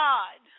God